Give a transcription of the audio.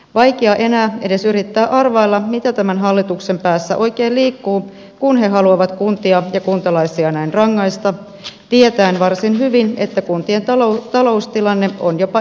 vaikea enää edes yrittää arvailla mitä tämän hallituksen päässä oikein liikkuu kun he haluavat kuntia ja kuntalaisia näin rangaista tietäen varsin hyvin että kuntien taloustilanne on jopa ennakoitua heikompi